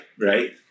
Right